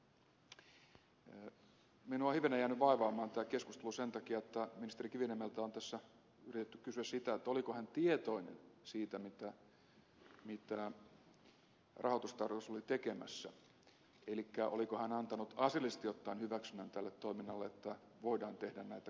minua on hivenen jäänyt vaivaamaan tämä keskustelu sen takia että ministeri kiviniemeltä on tässä yritetty kysyä sitä oliko hän tietoinen siitä mitä rahoitustarkastus oli tekemässä elikkä oliko hän antanut asiallisesti ottaen hyväksynnän tälle toiminnalle että voidaan tehdä näitä korkoehtojen muutoksia